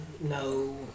no